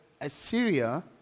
Assyria